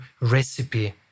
recipe